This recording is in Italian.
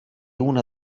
una